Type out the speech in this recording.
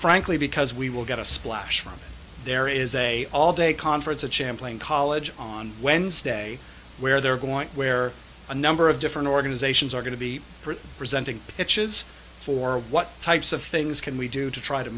frankly because we will get a splash from there is a all day conference of champlin college on wednesday where they're going where a number of different organizations are going to be presenting pitches for what types of things can we do to try to